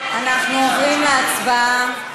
אנחנו עוברים להצבעה